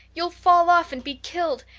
you'll fall off and be killed.